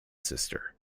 sister